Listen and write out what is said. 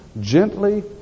gently